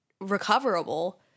recoverable